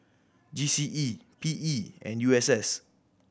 G C E P E and U S S